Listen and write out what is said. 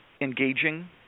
engaging